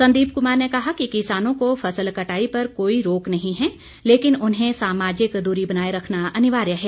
संदीप कुमार ने कहा कि किसानों को फसल कटाई पर कोई रोक नही है लेकिन उन्हें सामाजिक दूरी बनाए रखना अनिवार्य है